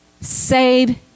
save